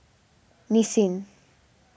Nissin